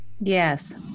yes